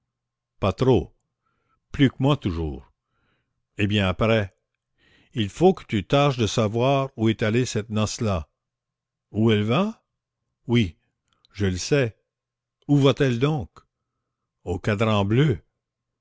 pas trop plus que moi toujours eh bien après il faut que tu tâches de savoir où est allée cette noce là où elle va oui je le sais où va-t-elle donc au cadran bleu